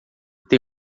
tem